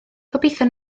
gobeithio